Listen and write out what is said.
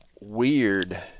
weird